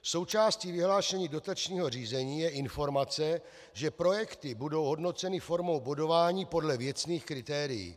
Součástí vyhlášení dotačního řízení je informace, že projekty budou hodnoceny formou bodování podle věcných kritérií.